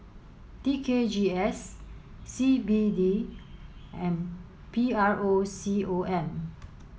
T K G S C B D and P R O C O M